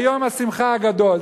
יום השמחה הגדול,